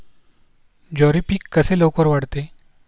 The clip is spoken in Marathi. ज्वारी पीक कसे लवकर वाढते?